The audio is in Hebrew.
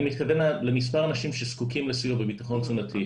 אני מתכוון למספר האנשים שזקוקים לסיוע בביטחון תזונתי,